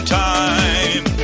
time